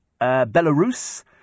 Belarus